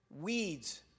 Weeds